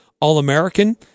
All-American